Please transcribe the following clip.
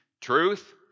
Truth